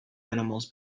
animals